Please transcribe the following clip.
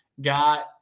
got